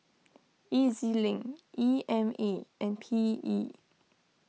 E Z Link E M A and P E